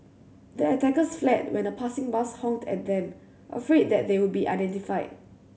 the attackers fled when a passing bus honked at them afraid that they would be identified